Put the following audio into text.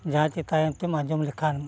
ᱡᱟᱦᱟᱸ ᱪᱮ ᱛᱟᱭᱚᱢ ᱛᱮᱢ ᱟᱸᱡᱚᱢ ᱞᱮᱠᱷᱟᱱ